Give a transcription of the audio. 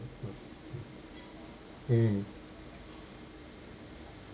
mm